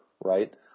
right